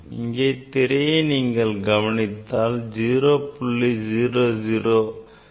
இங்கே திரையை நீங்கள் கவனித்தால் 0